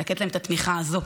לתת להן את התמיכה הזאת.